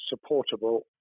supportable